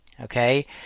Okay